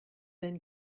then